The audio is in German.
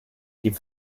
die